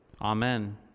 Amen